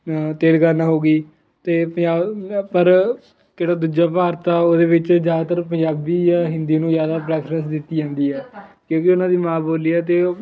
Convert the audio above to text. ਤੇਲੰਗਾਨਾ ਹੋ ਗਈ ਅਤੇ ਪੰਜਾਬ ਪਰ ਕਿਹੜਾ ਦੂਜਾ ਭਾਰਤ ਆ ਉਹਦੇ ਵਿੱਚ ਜ਼ਿਆਦਾਤਰ ਪੰਜਾਬੀ ਜਾਂ ਹਿੰਦੀ ਨੂੰ ਜ਼ਿਆਦਾ ਪ੍ਰੈਫਰੈਂਸ ਦਿੱਤੀ ਜਾਂਦੀ ਆ ਕਿਉਂਕਿ ਉਹਨਾਂ ਦੀ ਮਾਂ ਬੋਲੀ ਆ ਅਤੇ ਓਹ